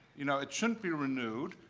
you know, it shouldn't be renewed,